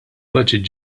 baġit